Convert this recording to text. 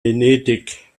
venedig